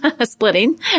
Splitting